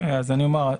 אז אני אומר,